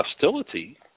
hostility